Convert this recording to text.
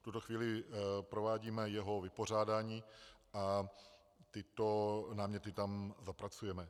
V tuto chvíli provádíme jeho vypořádání a tyto náměty tam zapracujeme.